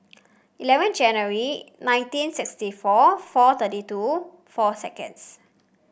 eleven January nineteen sixty four four thirty two four seconds